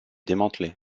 démantelé